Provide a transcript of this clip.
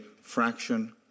fraction